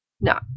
No